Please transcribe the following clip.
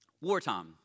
wartime